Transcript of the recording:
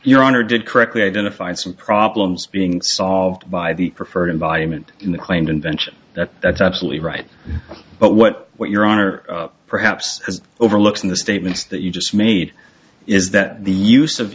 your honor did correctly identified some problems being solved by the preferred environment in the claimed invention that that's absolutely right but what what your honor perhaps has overlooked in the statements that you just made is that the use of